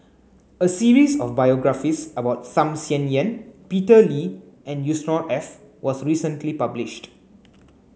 a series of biographies about Tham Sien Yen Peter Lee and Yusnor Ef was recently published